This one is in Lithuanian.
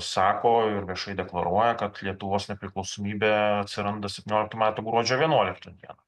sako ir viešai deklaruoja kad lietuvos nepriklausomybė atsiranda septynioliktų metų gruodžio vienuoliktą dieną